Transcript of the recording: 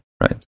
right